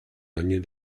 onion